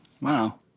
Wow